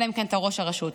אלא אם כן אתה ראש הרשות,